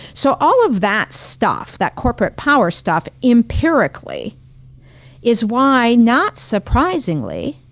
so all of that stuff, that corporate power stuff empirically is why not surprisingly,